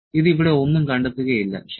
ഇത് ഇവിടെ ഒന്നും കണ്ടെത്തുകയില്ല ശരി